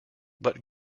but